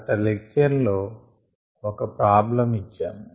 గత లెక్చర్ లో ఒక ప్రాబ్లం ఇచ్చాము